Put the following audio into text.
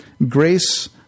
Grace